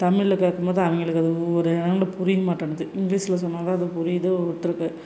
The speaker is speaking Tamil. தமிழ்ல கேட்கும்போது அவங்களுக்கு அது ஒரு இடங்கள்ல புரிய மாட்டேன்கிது இங்கிலீஸ்ல சொன்னால் தான் அது புரியுது ஒவ்வொருத்தருக்கு